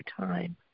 time